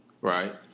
Right